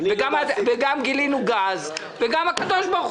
גם גילינו גז, וגם הקב"ה